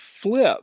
flip